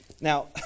Now